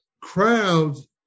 crowds